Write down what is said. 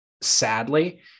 sadly